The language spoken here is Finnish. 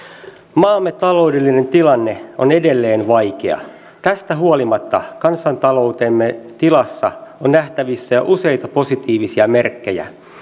maamme taloudellinen tilanne on edelleen vaikea tästä huolimatta kansantaloutemme tilassa on nähtävissä jo useita positiivisia merkkejä